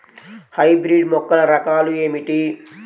Hybrid మొక్కల రకాలు ఏమిటీ?